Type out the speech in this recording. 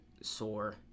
sore